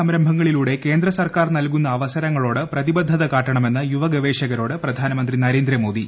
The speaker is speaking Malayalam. സംരംഭങ്ങളിലൂടെ കേന്ദ്രസർക്കാർ നൽകുന്ന അവസരങ്ങളോട് പ്രതിബദ്ധത കാട്ടണമെന്ന് യുവ ഗവേഷകരോട് പ്രധാനമന്ത്രി നരേന്ദ്ര മോദി